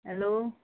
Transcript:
hello